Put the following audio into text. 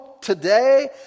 today